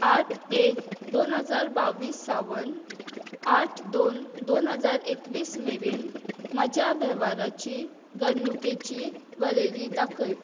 आठ एक दोन हजार बावीस सावन आठ दोन दोन हजार एकवीस मेरेन म्हज्या वेव्हाराची घडणुकेची वरेरी दाखय